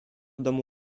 domu